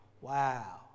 Wow